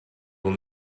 will